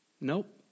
Nope